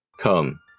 Come